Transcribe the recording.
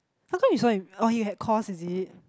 how come he so an~ oh he had course is it